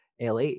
la